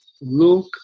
look